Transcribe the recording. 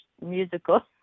musical